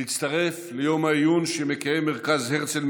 להצטרף ליום העיון שמקיים מרכז הרצל,